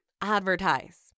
Advertise